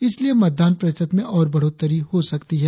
इसलिए मतदान प्रतिशत में और बढ़ोत्तरी हो सकती है